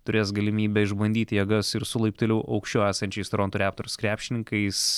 turės galimybę išbandyti jėgas ir su laipteliu aukščiau esančiais toronto raptors krepšininkais